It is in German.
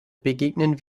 begegnen